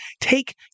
take